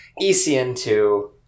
ECN2